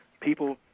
people